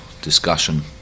discussion